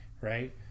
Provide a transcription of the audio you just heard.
right